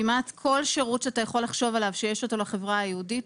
כמעט כל שירות שאתה יכול לחשוב עליו שיש אותו לחברה היהודית,